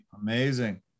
Amazing